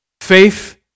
Faith